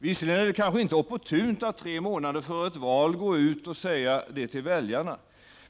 Visserligen är det kanske inte opportunt att tre månader före ett val gå ut och säga det till väljarna.